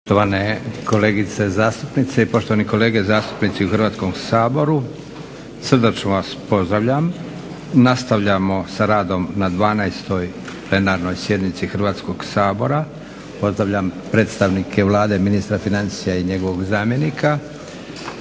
kolegice zastupnice i poštovani kolege zastupnici u Hrvatskom saboru, srdačno vas pozdravljam. Nastavljamo sa radom na 12. plenarnoj sjednici Hrvatskoga sabora. Pozdravljam predstavnike Vlade, ministra financija i njegovog zamjenika.